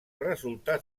resultat